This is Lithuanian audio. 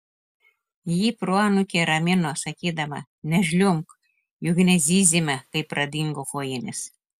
ji proanūkę ramino sakydama nežliumbk juk nezyzėme kai pradingo kojinės